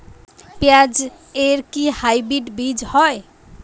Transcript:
পেঁয়াজ এর কি হাইব্রিড বীজ হয়?